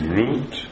root